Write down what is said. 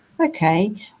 okay